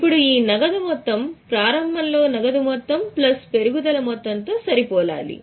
ఇప్పుడు ఈ నగదు మొత్తం ప్రారంభం లో నగదు మొత్తం ప్లస్ పెరుగుదల మొత్తం తో సరిపోలాలి